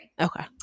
Okay